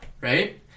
right